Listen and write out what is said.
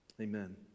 Amen